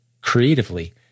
creatively